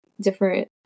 different